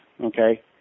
okay